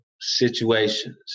situations